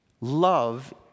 love